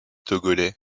togolais